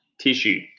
tissue